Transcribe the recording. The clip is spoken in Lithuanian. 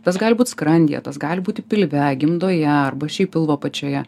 tas gali būt skrandyje tas gali būti pilve gimdoje arba šiaip pilvo apačioje